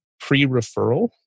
pre-referral